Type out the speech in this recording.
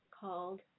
called